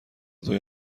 دوی